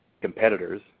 competitors